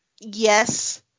yes